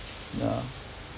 ya